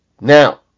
now